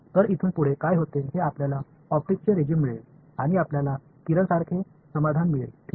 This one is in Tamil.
எனவே இங்கே என்ன நடக்கிறது என்றால் இந்த ஒளியியல் ரெஜிம்ஸ் கதிரை போன்ற தீர்வுகளை நீங்கள் பெறுவீர்கள்